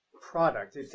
product